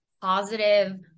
positive